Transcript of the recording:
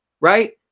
right